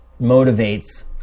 motivates